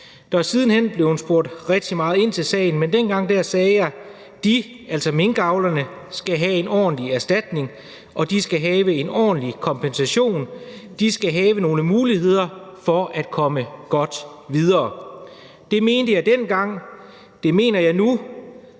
Der er siden hen blevet spurgt rigtig meget ind til sagen, men dengang sagde jeg, at de, altså minkavlerne, skal have en ordentlig erstatning, og de skal have en ordentlig kompensation, de skal have nogle muligheder for at komme godt videre. Det mente jeg dengang, det mener jeg nu,